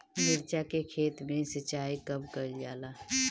मिर्चा के खेत में सिचाई कब कइल जाला?